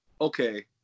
Okay